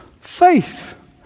Faith